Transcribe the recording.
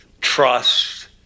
trust